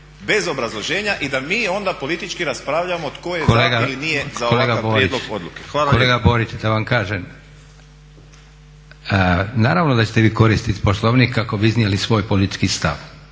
bez obrazloženja i da mi onda politički raspravljamo tko je za ili nije za ovakav prijedlog odluke. Hvala lijepo. **Leko, Josip (SDP)** Kolega Borić. Kolega Borić, da vam kažem, naravno da ćete vi koristit Poslovnik kako bi iznijeli svoj politički stav.